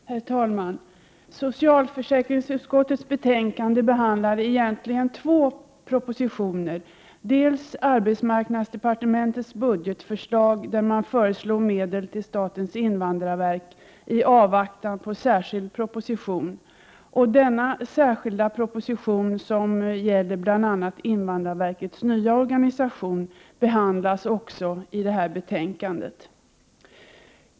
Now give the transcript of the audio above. Herr talman! I socialförsäkringsutskottets betänkande nr 17 behandlas två propositioner. Den ena är arbetsmarknadsdepartementets budgetförslag, där regeringen föreslår medel till statens invandrarverk i avvaktan på särskild proposition. Denna särskilda proposition gäller bl.a. invandrarverkets nya organisation och behandlas också i detta betänkande.